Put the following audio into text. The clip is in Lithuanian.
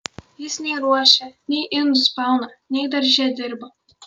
jis nei ruošia nei indus plauna nei darže dirba